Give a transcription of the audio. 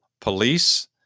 police